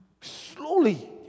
slowly